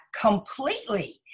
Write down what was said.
completely